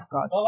God